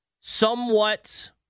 somewhat